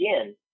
again